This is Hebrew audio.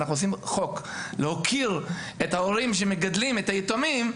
אנחנו עושים חוק להוקיר את ההורים שמגדלים את היתומים,